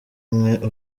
umwe